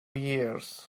years